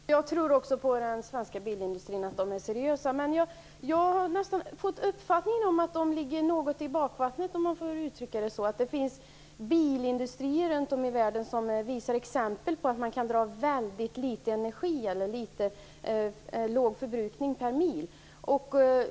Fru talman! Jag tror också på den svenska bilindustrin, och jag tror att man där är seriös. Men jag har nästan fått uppfattningen att man ligger något i bakvatten - om jag får uttrycka mig så. Det finns bilindustrier runt om i världen som visar att bilar kan ha en väldigt liten bränsleförbrukning per mil.